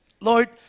Lord